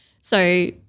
So-